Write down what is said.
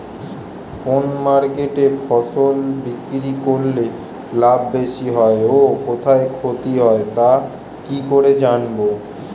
কোন মার্কেটে ফসল বিক্রি করলে লাভ বেশি হয় ও কোথায় ক্ষতি হয় তা কি করে জানবো?